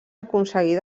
aconseguir